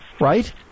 right